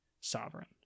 sovereign